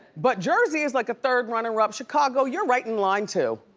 but jersey is like a third runner-up, chicago, you're right in line, too.